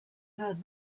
heard